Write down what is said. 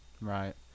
Right